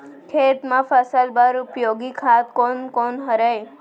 खेत म फसल बर उपयोगी खाद कोन कोन हरय?